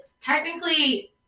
technically